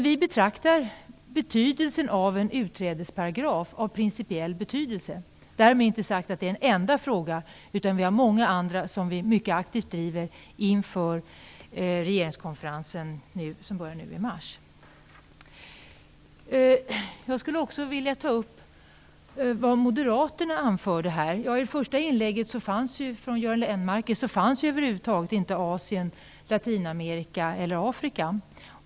Vi betraktar betydelsen av en utträdesparagraf utifrån dess principiella betydelse. Därmed inte sagt att det gäller bara den frågan. Det finns många andra frågor som vi aktivt driver inför den regeringskonferensen som börjar nu i mars. Sedan vänder jag mig till Moderaterna. I Göran Lennmarkers första inlägg nämndes över huvud taget inte Asien, Latinamerika eller Afrika.